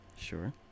Sure